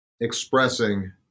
expressing